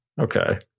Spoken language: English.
Okay